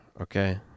okay